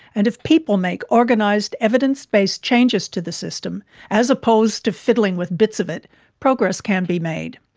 and if people make organised, evidence-based changes to the system as opposed to fiddling with bits of it progress can be made.